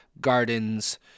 gardens